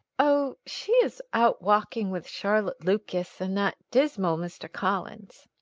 oh, she is out walking with charlotte lucas and that dismal mr. collins.